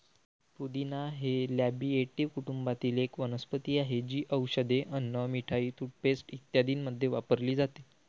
पुदिना हे लॅबिएटी कुटुंबातील एक वनस्पती आहे, जी औषधे, अन्न, मिठाई, टूथपेस्ट इत्यादींमध्ये वापरली जाते